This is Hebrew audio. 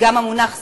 וגם המונח "סעד"